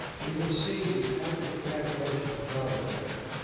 we can see the actual calculation for power factor.